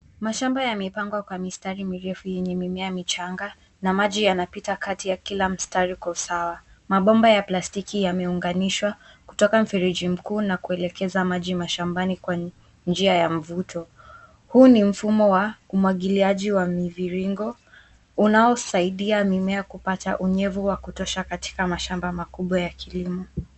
Mashamba yamepangwa kwa mistari mirefu yenye mimea michang na maji yanapita kati ya kila mstari kwa usawa. Mabomba ya plastiki yameunganishwa kutoka mfereji mkuu na kuelekeza maji mashambani kwa njia ya mvuto. Huu ni mfumo wa kumwagiliaji wa mviringo, unaosaidia mimea kupata unyevu wa kutosha katika mashamba makubwa ya kilimo.